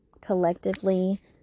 collectively